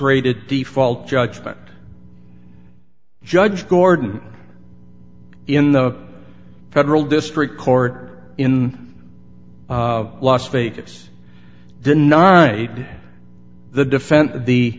rated default judgment judge gordon in the federal district court in las vegas deny the defense the